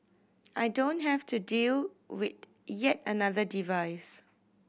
I don't have to deal with yet another device